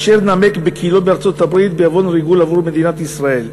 אשר נמק בכלאו בארצות-הברית בעוון ריגול עבור מדינת ישראל.